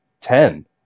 Ten